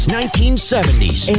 1970s